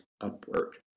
upward